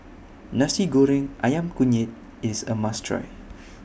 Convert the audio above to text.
Nasi Goreng Ayam Kunyit IS A must Try